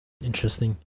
interesting